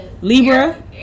Libra